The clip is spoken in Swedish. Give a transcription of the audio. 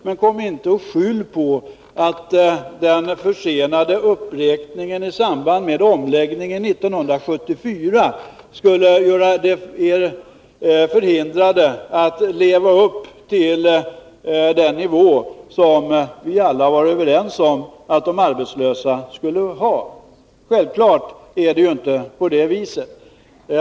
Men kom inte och skyll på att den försenade uppräkningen i samband med omläggningen 1974 skulle göra er förhindrade att leva upp till den målsättning som vi alla var överens om när det gäller den ersättning som de arbetslösa skall ha! Självfallet är det inte på det viset.